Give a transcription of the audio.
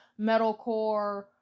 metalcore